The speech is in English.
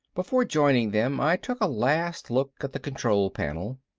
before joining them i took a last look at the control panel.